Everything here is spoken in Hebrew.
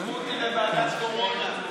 הייתי בוועדת הקורונה.